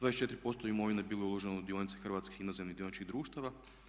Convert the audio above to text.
24% imovine bilo je uloženo u dionice hrvatskih inozemnih dioničkih društava.